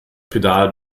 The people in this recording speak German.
pedal